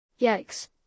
Yikes